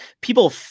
people